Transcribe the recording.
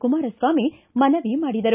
ಕುಮಾರಸ್ವಾಮಿ ಮನವಿ ಮಾಡಿದರು